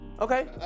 okay